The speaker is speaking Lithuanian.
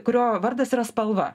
kurio vardas yra spalva